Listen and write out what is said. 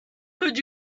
could